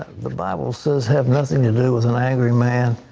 the bible says have nothing to do with an angry man.